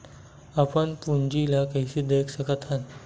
अपन पूंजी ला कइसे देख सकत हन?